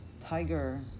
tiger